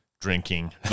drinking